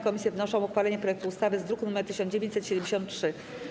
Komisje wnoszą o uchwalenie projektu ustawy z druku nr 1973.